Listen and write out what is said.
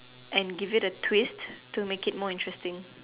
and give it a twist to make it more interesting